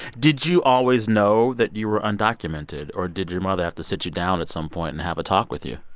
did you always know that you were undocumented? or did your mother have to sit you down at some point and have a talk with you?